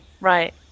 right